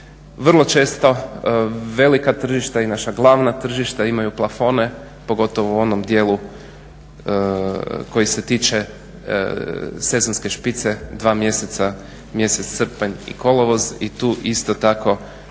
Vrlo često velika tržišta i naša glavna tržišta imaju plafone pogotovo u onom dijelu koji se tiče sezonske špice što se tiče sezonske špice, 2 mjeseca mjesec srpanj i kolovoz o tu isto tako